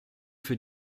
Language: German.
für